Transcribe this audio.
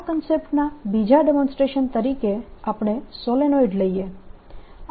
આ કન્સેપ્ટ ના બીજા ડેમોન્સ્ટ્રેશન તરીકે આપણે સોલેનોઈડ લઈએ આ ઉદાહરણ 2 છે